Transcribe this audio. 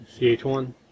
CH1